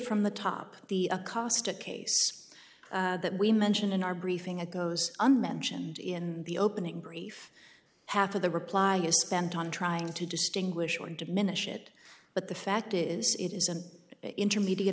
from the top the acosta case that we mentioned in our briefing a goes unmentioned in the opening brief half of the reply is spent on trying to distinguish when diminish it but the fact is it is an intermediate